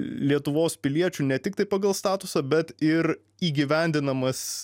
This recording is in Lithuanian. lietuvos piliečiu ne tiktai pagal statusą bet ir įgyvendinamas